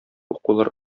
укулар